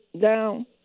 down